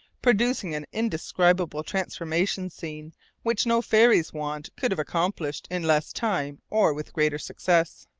producing an indescribable transformation scene which no fairy's wand could have accomplished in less time or with greater success.